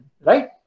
right